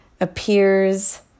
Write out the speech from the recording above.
appears